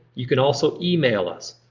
you can also email us.